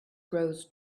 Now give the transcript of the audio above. grows